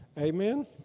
Amen